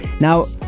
now